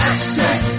Access